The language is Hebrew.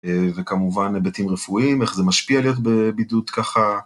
וכמובן הבטים רפואיים, איך זה משפיע להיות בבידוד ככה.